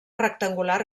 rectangular